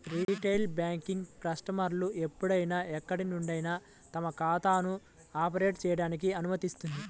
retail banking కస్టమర్లు ఎప్పుడైనా ఎక్కడి నుండైనా తమ ఖాతాలను ఆపరేట్ చేయడానికి అనుమతిస్తుంది